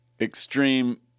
extreme